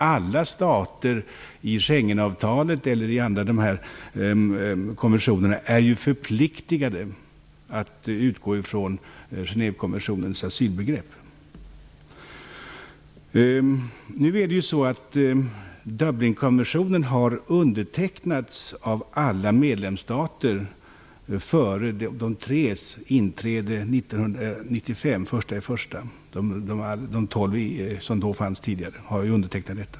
Alla stater som går med i Schengenavtalet eller de andra konventionerna är förpliktigade att utgå ifrån Dublinkonventionen har undertecknats av alla tolv som var medlemsstater före de tre senastes inträde den 1 januari 1995.